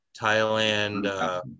Thailand